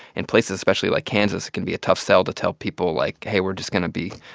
in places especially like kansas, it can be a tough sell to tell people, like, hey, we're just going to be,